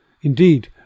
Indeed